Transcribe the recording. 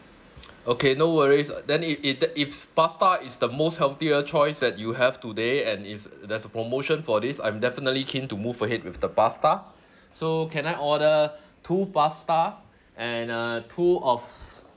okay no worries then if it if pasta is the most healthier choice that you have today and it's there's a promotion for this I'm definitely keen to move ahead with the pasta so can I order two pasta and uh two of